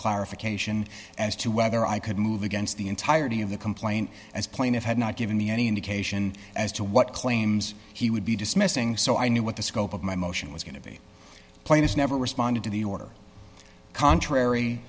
clarification as to whether i could move against the entirety of the complaint as plaintiff had not given me any indication as to what claims he would be dismissing so i knew what the scope of my motion was going to be plaintiff never responded to the order contrary